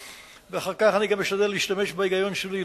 ואחר כך אני אשתדל גם להשתמש בהיגיון שלי,